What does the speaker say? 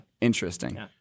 interesting